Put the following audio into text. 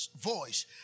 voice